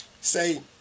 say